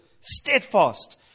steadfast